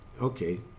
okay